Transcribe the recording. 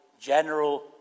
general